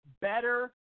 better